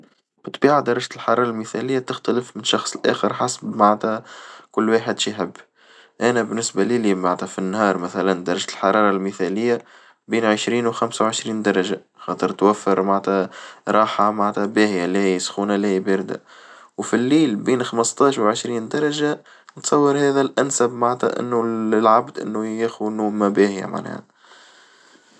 بالطبيعة درجة الحرارة المثالية بتختلف من شخص لآخر حسب معنتها كل واحد شهب أنا بالنسبة لي لي معنتها في النهار مثلًا درجة الحرارة المثالية بين عشرين وخمسة وعشرين درجة خاطر توفر معنتها راحة معنتها باهية لا هي سخونة لا هي باردة وفي الليل بين خمستاش وعشرين درجة نتصور هذا الأنسب معناته إنه العبد إنه ياخونه ما باهي معناه.